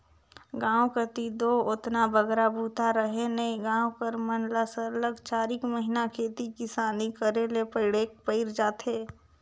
गाँव कती दो ओतना बगरा बूता रहें नई गाँव कर मन ल सरलग चारिक महिना खेती किसानी ले पइठेक पइर जाथे